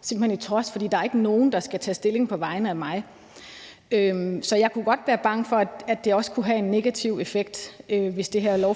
simpelt hen i trods, for der er ikke nogen, der skal tage stilling på vegne af mig. Så jeg kunne godt være bange for, at det også kunne have en negativ effekt, hvis det her